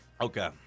Okay